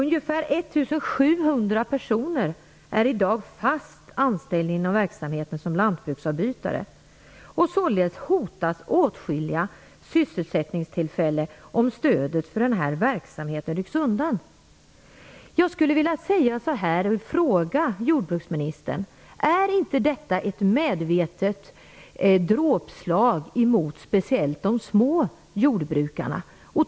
Ca 1 700 personer är i dag fast anställda som lantbruksavbytare. Således hotas åtskilliga sysselsättningstillfällen om stödet för denna verksamhet rycks undan. Jag vill fråga jordbruksministern: Är inte detta ett medvetet dråpslag mot speciellt de små jordbrukarna?